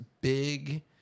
big